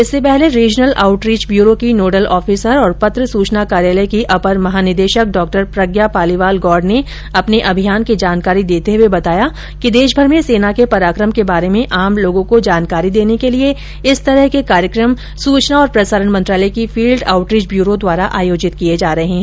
इससे पहले regional outreach bureau की नोडल ऑफिसर और पत्र सूचना कार्यालय की अपर महानिदेशक डॉ प्रज्ञा पालीवाल गौड़ ने अपने अभियान की जानकारी देते हुए बताया कि देश भर में सेना के पराक्रम के बारे में आम लोगों को जानकारी देने के लिए इस तरह के कार्यक्रम सूचना और प्रसारण मंत्रालय की फील्ड आउटरीच ब्यूरो द्वारा आयोजित किये जा रहे हैं